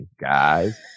guys